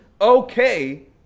okay